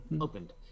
Opened